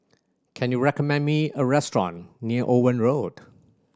can you recommend me a restaurant near Owen Road